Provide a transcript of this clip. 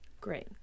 Great